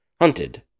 hunted